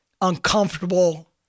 uncomfortable –